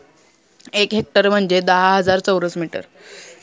एक हेक्टर म्हणजे दहा हजार चौरस मीटर